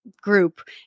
group